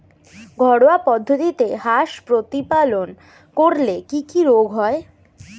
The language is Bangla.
ঘরোয়া পদ্ধতিতে হাঁস প্রতিপালন করলে কি কি রোগ হয়?